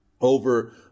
over